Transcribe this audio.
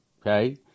okay